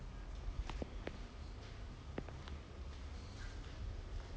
he will be with his child and jayden would be like around three or four that time